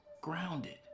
grounded